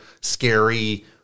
scary